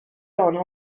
آنها